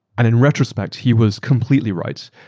and and retrospect, he was completely right.